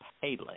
Palin